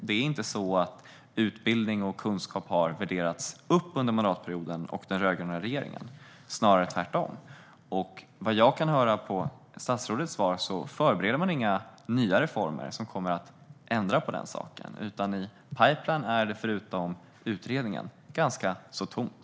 Det är ju inte så att utbildning och kunskap har värderats upp under mandatperioden och den rödgröna regeringen, utan det är snarare tvärtom. Som jag förstår av statsrådets svar förbereder man inga nya reformer som kommer att ändra på den saken. I pipeline är det, förutom utredningen, ganska tomt.